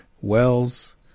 Wells